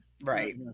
right